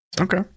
okay